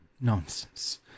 nonsense